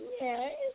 Yes